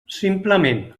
simplement